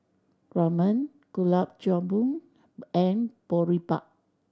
Ramen Gulab Jamun and Boribap